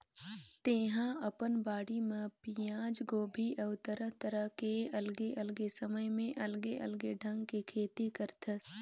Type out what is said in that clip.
तेहा अपन बाड़ी म पियाज, गोभी अउ तरह तरह के अलगे अलगे समय म अलगे अलगे ढंग के खेती करथस